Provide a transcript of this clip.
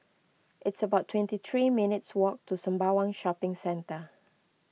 it's about twenty three minutes' walk to Sembawang Shopping Centre